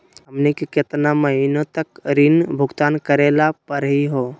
हमनी के केतना महीनों तक ऋण भुगतान करेला परही हो?